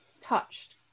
touched